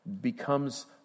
becomes